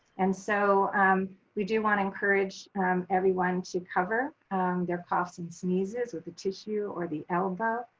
and so we do wanna encourage everyone to cover their coughs and sneezes with a tissue or the elbow.